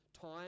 time